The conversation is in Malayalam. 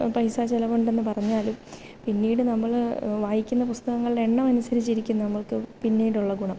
പൈസ ചെലവുണ്ടെന്ന് പറഞ്ഞാലും പിന്നീട് നമ്മള് വായിക്കുന്ന പുസ്തകങ്ങളുടെ എണ്ണം അനുസരിച്ചിരിക്കും നമ്മൾക്ക് പിന്നീടുള്ള ഗുണം